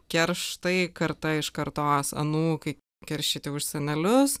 kerštai karta iš kartos anūkai keršyti už senelius